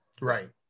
Right